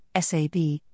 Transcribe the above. SAB